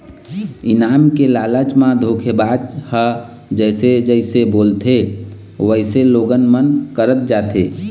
इनाम के लालच म धोखेबाज ह जइसे जइसे बोलथे वइसने लोगन मन करत जाथे